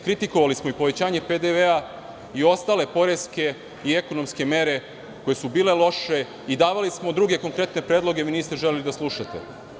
Kritikovali smo i povećanje PDV i ostale poreske i ekonomske mere koje su bile loše i davali smo druge konkretne predloge, a vi niste hteli da slušate.